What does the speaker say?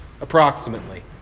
approximately